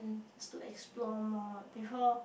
still explore more before